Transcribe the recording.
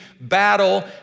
battle